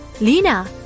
Lina